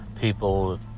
People